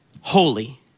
holy